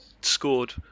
scored